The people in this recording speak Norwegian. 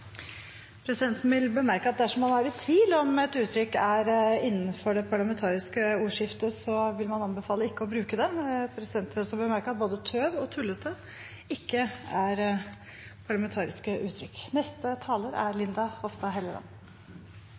Presidenten vil bemerke at dersom man er i tvil om et uttrykk er innenfor det parlamentariske ordskiftet, vil man anbefale ikke å bruke det. Presidenten vil også bemerke at både «tøv» og «tullete» ikke er parlamentariske uttrykk. Jeg er